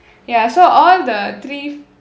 ya so all the three